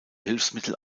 hilfsmittel